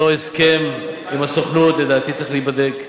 אותו הסכם עם הסוכנות צריך להיבדק.